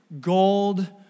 gold